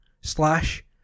slash